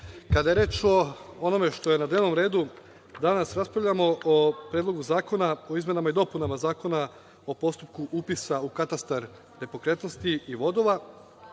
je reč o onome što je na dnevnom redu danas raspravljamo o Predlogu zakona o izmenama i dopunama Zakona o postupku upisa u katastar nepokretnosti i vodova